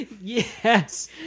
Yes